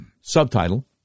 Subtitle